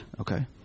Okay